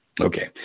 Okay